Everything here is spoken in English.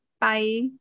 Bye